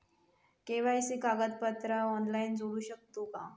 KYC कागदपत्रा online जोडू शकतू का?